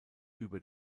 über